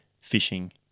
fishing